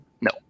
No